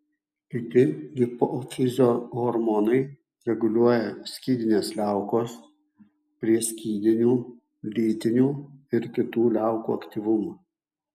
kiti hipofizio hormonai reguliuoja skydinės liaukos prieskydinių lytinių ir kitų liaukų aktyvumą